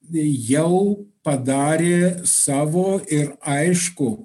jau padarė savo ir aišku